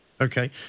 Okay